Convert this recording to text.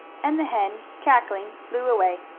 and the hen, cackling, flew away.